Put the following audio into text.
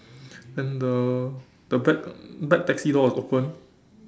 and the the back back taxi door is open